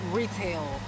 retail